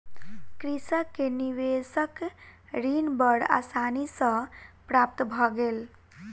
कृषक के निवेशक ऋण बड़ आसानी सॅ प्राप्त भ गेल